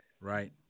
Right